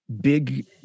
Big